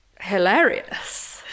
hilarious